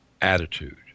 attitude